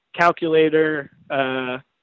calculator